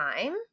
time